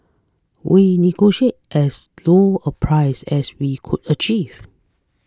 we negotiated as low a price as we could achieve